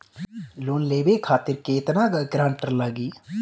Loan लेवे खातिर केतना ग्रानटर लागी?